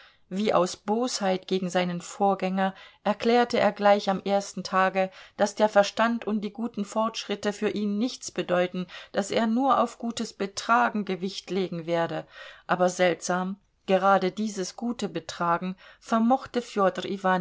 wie aus bosheit gegen seinen vorgänger erklärte er gleich am ersten tage daß der verstand und die guten fortschritte für ihn nichts bedeuten daß er nur auf gutes betragen gewicht legen werde aber seltsam gerade dieses gute betragen vermochte